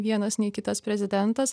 vienas nei kitas prezidentas